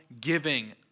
giving